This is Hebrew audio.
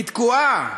היא תקועה.